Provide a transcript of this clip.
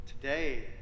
Today